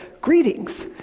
Greetings